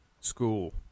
school